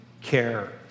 care